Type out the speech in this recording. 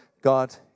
God